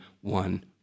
one